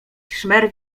szmer